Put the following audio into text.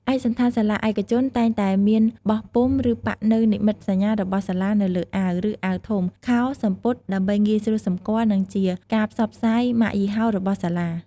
ឯកសណ្ឋានសាលាឯកជនតែងតែមានបោះពុម្ព ឬប៉ាក់នូវ និមិត្តសញ្ញា របស់សាលា នៅលើអាវ ឬអាវធំ ខោ/សំពត់ ដើម្បីងាយស្រួលសម្គាល់ និងជាការផ្សព្វផ្សាយម៉ាកយីហោរបស់សាលា។